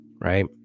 right